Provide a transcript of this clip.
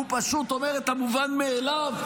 הוא פשוט אומר את המובן מאליו,